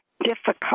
difficult